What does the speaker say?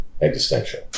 existential